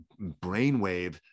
brainwave